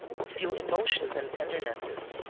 who feel emotions and tendernesses,